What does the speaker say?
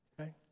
Okay